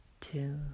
two